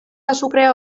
azukrea